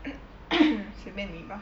随便你吧